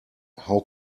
how